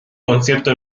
concierto